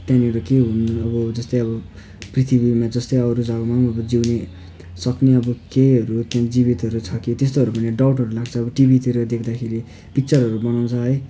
त्यहाँनिर के हुने हो अब जस्तै अब पृथ्वीमा जस्तै अरू जग्गामा पनि अब जिउने सक्ने अब केहीहरू त्यहाँ जीवितहरू छ कि त्यस्तोहरू पनि डाउटहरू लाग्छ अब टिभीतिर देख्दाखेरि पिक्चरहरू बनाउँछ है